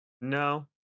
No